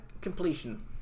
completion